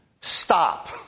stop